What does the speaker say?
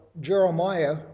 Jeremiah